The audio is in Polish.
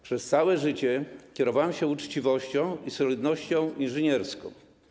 Przez całe życie kierowałem się uczciwością i solidnością inżynierską.